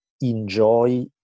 enjoy